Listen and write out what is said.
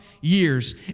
years